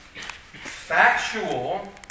factual